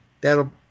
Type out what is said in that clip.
that'll